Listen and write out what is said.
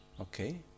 Okay